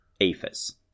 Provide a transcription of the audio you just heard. APHIS